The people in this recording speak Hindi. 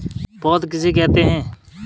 पौध किसे कहते हैं?